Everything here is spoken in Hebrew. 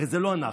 הרי זה לא אנחנו.